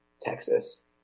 Texas